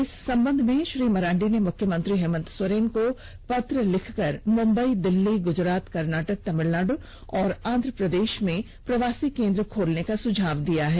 इस संबंध में श्री मरांडी ने मुख्यमंत्री हेमंत सोरेन को कल एक पत्र लिखकर उन्होंने मुंबई दिल्ली गुजरात कर्नाटक तमिलनाडु और आंध्र प्रदेश में प्रवासी केंद्र खोलने का सुझाव भी दिया है